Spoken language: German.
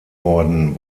worden